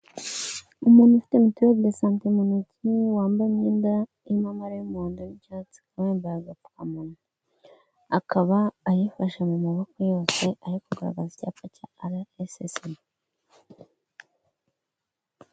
Umuntu ufite mituweri desante mu ntoki, wambaye imyenda irimo amabara y'umuhondo n'icyatsi, akaba yambaye agapfukamunwa, akaba ayifashe mu maboko yose ari kugaragaza icyapa cya Ara Esesibi.